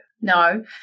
No